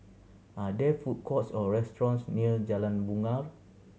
are there food courts or restaurants near Jalan Bungar